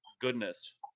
goodness